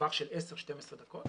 בטווח של 12-10 דקות,